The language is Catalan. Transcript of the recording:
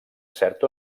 cert